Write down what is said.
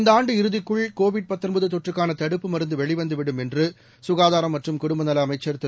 இந்த ஆண்டு இறுதிக்குள் கோவிட்டி தொற்றுக்கான தடுப்பு மருந்து வெளிவந்து விடும் என்று சுகாதாரம் மற்றும் குடும்ப நல அமைச்சர் திரு